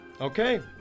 Okay